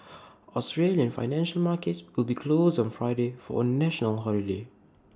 Australian financial markets will be closed on Friday for A national holiday